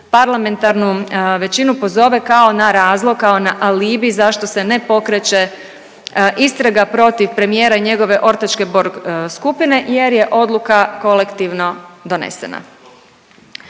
parlamentarnu većinu pozove kao na razlog, kao na alibi zašto se ne pokreće istraga protiv premijera i njegove ortačke Borg skupine jer je odluka kolektivno donesena.